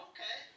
Okay